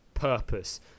purpose